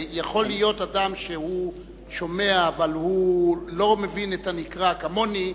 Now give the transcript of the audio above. יכול להיות אדם שהוא שומע אבל הוא לא מבין את הנקרא כמוני,